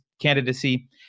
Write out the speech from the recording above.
candidacy